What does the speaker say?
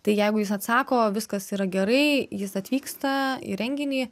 tai jeigu jis atsako viskas yra gerai jis atvyksta į renginį